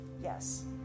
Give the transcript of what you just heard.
Yes